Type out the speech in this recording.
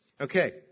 Okay